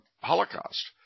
Holocaust